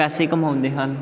ਪੈਸੇ ਕਮਾਉਂਦੇ ਹਨ